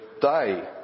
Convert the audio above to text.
day